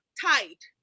tight